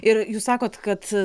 ir jūs sakot kad